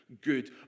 good